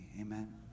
Amen